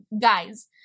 Guys